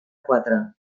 quatre